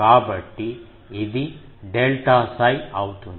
కాబట్టి ఇది డెల్టా 𝜓 అవుతుంది